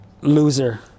loser